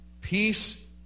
peace